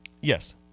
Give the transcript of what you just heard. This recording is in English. Yes